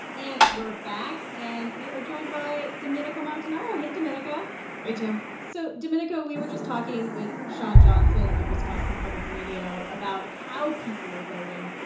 and we're back, and we are joined by domenico montanaro. hey, domenico hey, tam so domenico, we were just talking with shawn johnson of wisconsin public radio about how people are voting,